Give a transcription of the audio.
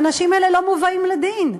האנשים האלה לא מובאים לדין.